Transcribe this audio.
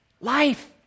life